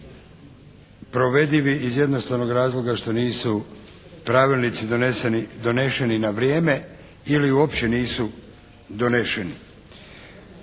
provedivi iz jednostavnog razloga što nisu pravilnici doneseni na vrijeme ili uopće nisu doneseni.